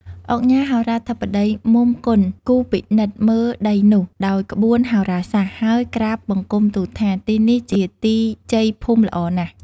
ឧកញ៉ាហោរាធិបតី មុំ គន់គូរពិនិត្យមើលដីនោះ ដោយក្បួនហោរាសាស្ត្រហើយក្រាបបង្គំទូលថា " ទីនេះជាទីជយភូមិល្អណាស់